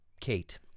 Kate